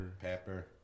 pepper